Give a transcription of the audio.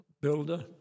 Builder